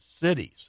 cities